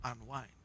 unwind